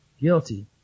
guilty